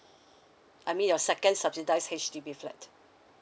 I mean your second subsidised H_D_B flat